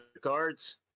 cards